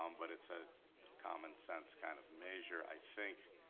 um but it's a common sense kind of measure i think.